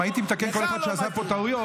אם הייתי מתקן כל אחד שעשה פה טעויות,